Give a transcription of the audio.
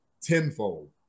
tenfold